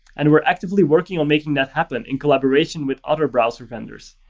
and we're actively working on making that happen in collaboration with other browser vendors.